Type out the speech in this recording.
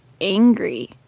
angry